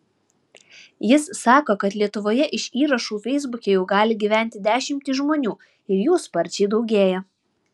jis sako kad lietuvoje iš įrašų feisbuke jau gali gyventi dešimtys žmonių ir jų sparčiai daugėja